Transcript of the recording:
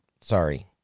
Sorry